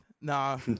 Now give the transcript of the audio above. No